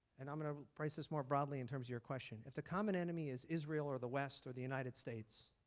and i'm going to phrase this more broadly in terms of your question. if the common enemy is israel or the west or the united states,